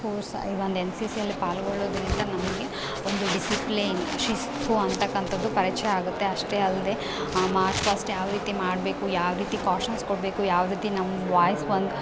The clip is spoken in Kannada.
ಕೋರ್ಸ್ ಈ ಒಂದು ಎನ್ ಸಿ ಸಿಯಲ್ಲಿ ಪಾಲ್ಗೊಳ್ಳೋದರಿಂದ ನಮಗೆ ಒಂದು ಡಿಸಿಪ್ಲೀನ್ ಶಿಸ್ತು ಅನ್ತಕ್ಕಂಥದ್ದು ಪರಿಚಯ ಆಗುತ್ತೆ ಅಷ್ಟೇ ಅಲ್ಲದೆ ಮಾರ್ಚ್ ಪಾಸ್ಟ್ ಯಾವ ರೀತಿ ಮಾಡಬೇಕು ಯಾವ ರೀತಿ ಕಾಶನ್ಸ್ ಕೊಡಬೇಕು ಯಾವ ರೀತಿ ನಮ್ಮ ವಾಯ್ಸ್ ಒಂದು